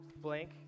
blank